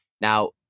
Now